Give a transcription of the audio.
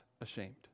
ashamed